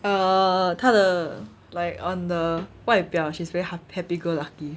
uh 她的 like on the 外表 she's very happy go lucky